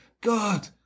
God